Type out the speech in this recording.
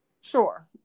Sure